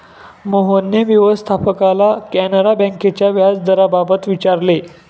मोहनने व्यवस्थापकाला कॅनरा बँकेच्या व्याजदराबाबत विचारले